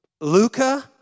Luca